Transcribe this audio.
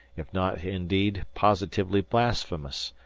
if not indeed positively blasphemous,